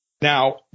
Now